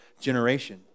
generation